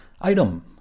Item